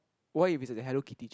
what if it is a hello-kitty chair